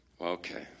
Okay